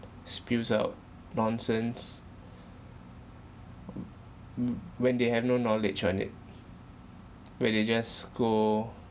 spews out nonsense w~ when they have no knowledge on it where they just go